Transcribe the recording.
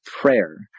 prayer